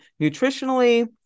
nutritionally